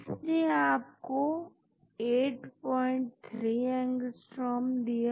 इसने आपको 83A दिया